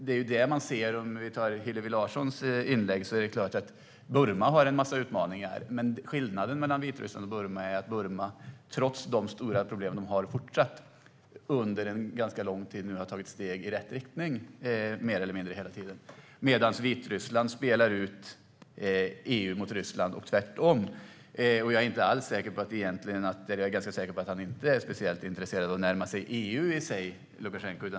Vi kan ta upp Hillevi Larssons inlägg. Det är klart att Burma har en massa utmaningar, men det finns en skillnad mellan Vitryssland och Burma. Burma har, trots de stora problem man har, under en ganska lång tid tagit steg i rätt riktning - det gör man mer eller mindre hela tiden - medan Vitryssland spelar ut EU mot Ryssland och tvärtom. Jag är ganska säker på att Lukasjenko inte är speciellt intresserad av att närma sig EU i sig.